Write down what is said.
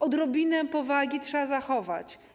Odrobinę powagi trzeba zachować.